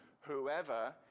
whoever